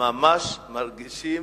ממש מרגישים,